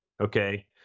Okay